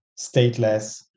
stateless